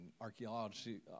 archaeology